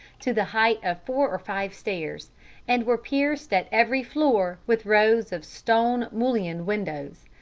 to the height of four or five stairs and were pierced, at every floor, with rows of stone-mullioned windows.